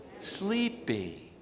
Sleepy